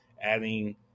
adding